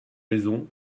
raisons